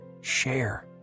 share